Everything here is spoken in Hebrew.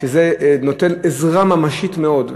וזה נותן עזרה ממשית מאוד.